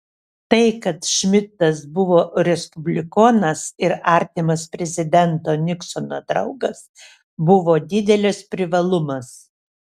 tai kad šmidtas buvo respublikonas ir artimas prezidento niksono draugas buvo didelis privalumas